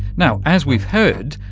now, as we've heard,